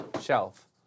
shelf